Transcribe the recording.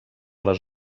les